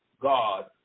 God